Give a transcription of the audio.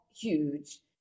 huge